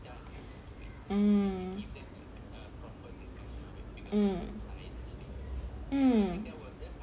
um